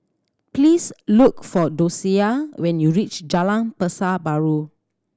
please look for Dosia when you reach Jalan Pasar Baru